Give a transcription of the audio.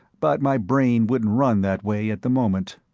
but my brain wouldn't run that way at the moment.